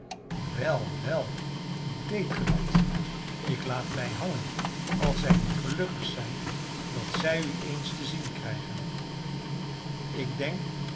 wel wel deedt ge dat ik laat mij hangen als zij niet gelukkig zijn dat zij u eens te zien krijgen ik denk